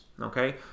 okay